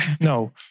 no